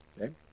Okay